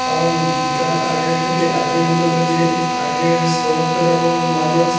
কারণ বিজ্ঞান আগের থেকে এতোই উন্নত যে আগের সমস্ত রকম মানুষ